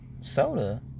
soda